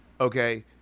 Okay